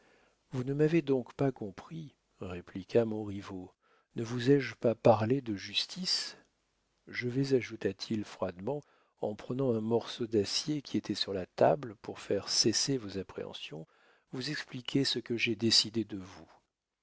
vous ne m'avez donc pas compris répliqua montriveau ne vous ai-je pas parlé de justice je vais ajouta-t-il froidement en prenant un morceau d'acier qui était sur la table pour faire cesser vos appréhensions vous expliquer ce que j'ai décidé de vous